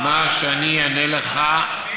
מה, זה נראה לך סביר?